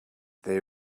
they